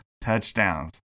touchdowns